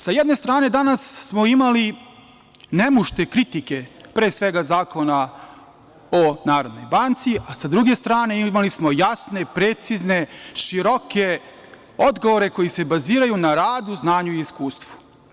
Sa jedne strane, danas smo imali nemušte kritike, pre svega Zakona o NBS, a sa druge strane imali smo jasne i precizne, široke odgovore koji se baziraju na radu, znanju, iskustvu.